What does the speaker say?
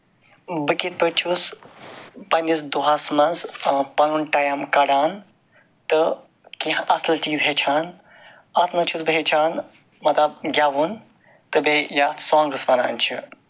بہٕ کِتھ پٲٹھۍ چھُس پَنٕنِس دۄہَس منٛز پَنُن ٹایم کَڑان تہٕ کیٚنہہ اَصٕل چیٖز ہٮ۪چھان اَتھ منٛز چھُس بہٕ ہٮ۪چھان مطلب گٮ۪وُن تہٕ بیٚیہِ یَتھ سانگٔس وَنان چھِ